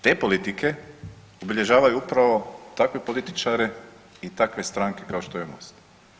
Te politike obilježavaju upravo takve političare i takve stranke kao što je MOST.